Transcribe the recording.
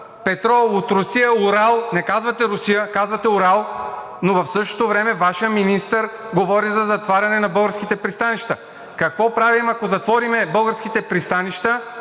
петрол от Русия, Урал, не казвате Русия, казвате Урал, но в същото време Вашият министър говори за затваряне на българските пристанища. Какво правим, ако затворим българските пристанища